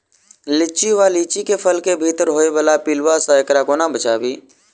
लिच्ची वा लीची केँ फल केँ भीतर होइ वला पिलुआ सऽ एकरा कोना बचाबी?